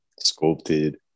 sculpted